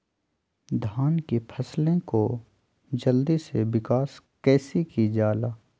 धान की फसलें को जल्दी से विकास कैसी कि जाला?